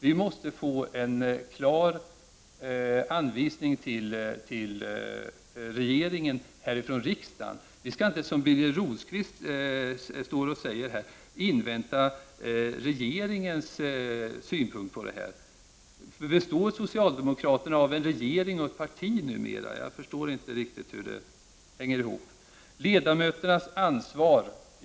Vi måste här ifrån riksdagen ge en klar anvisning till regeringen. Vi skall inte, som Birger Rosqvist säger, invänta regeringens synpunkter. Består socialdemokraterna av en regering och ett parti numera? Jag förstår inte riktigt hur det hänger ihop.